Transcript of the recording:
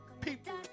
people